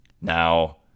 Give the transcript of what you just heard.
Now